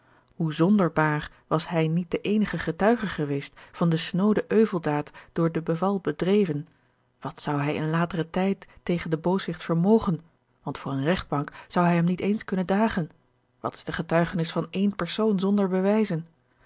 hoe zonderbaar was hij niet de eenige getuige geweest van de snoode euveldaad door de beval bedreven wat zou hij in lateren tijd tegen den booswicht vermogen want voor eene regtbank zou hij hem niet eens kunnen dagen wat is de getuigenis van één persoon zonder bewijzen